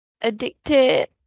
addicted